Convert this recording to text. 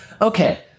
Okay